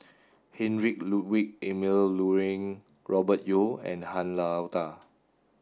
Heinrich Ludwig Emil Luering Robert Yeo and Han Lao Da